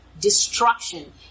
destruction